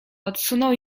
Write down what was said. odsunął